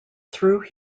through